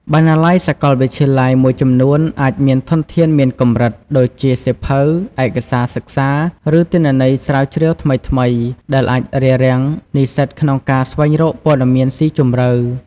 បណ្ណាល័យសាកលវិទ្យាល័យមួយចំនួនអាចមានធនធានមានកម្រិត ដូចជាសៀវភៅ ឯកសារសិក្សា ឬទិន្នន័យស្រាវជ្រាវថ្មីៗ ដែលអាចរារាំងនិស្សិតក្នុងការស្វែងរកព័ត៌មានស៊ីជម្រៅ។